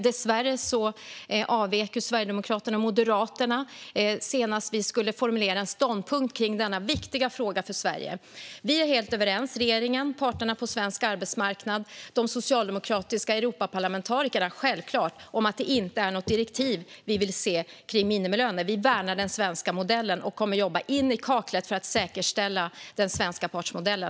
Dessvärre avvek Sverigedemokraterna och Moderaterna senast vi skulle formulera en ståndpunkt i denna viktiga fråga för Sverige. Vi är helt överens - regeringen, parterna på den svenska arbetsmarknaden och självklart de socialdemokratiska Europaparlamentarikerna - om att vi inte vill se något direktiv om minimilöner. Vi värnar den svenska modellen och kommer att jobba in i kaklet för att säkerställa den svenska partsmodellen.